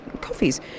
coffees